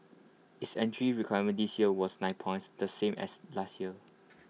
its entry requirement this year was nine points the same as last year